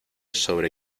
sobre